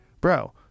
bro